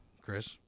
Chris